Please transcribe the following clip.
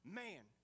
man